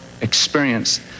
experience